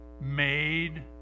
made